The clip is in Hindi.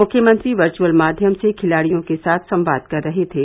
मुख्यमंत्री वर्वुअल माध्यम से खिलाड़ियों के साथ संवाद कर रहे थे